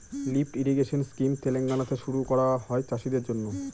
lift irrigation scheme তেলেঙ্গানাতে শুরু করা হয় চাষীদের জন্য